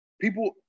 People